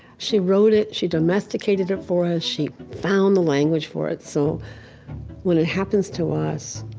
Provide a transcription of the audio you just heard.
she wrote it. she domesticated it for us. she found the language for it. so when it happens to us,